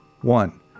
One